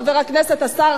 חבר הכנסת השר,